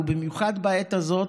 ובמיוחד בעת הזאת,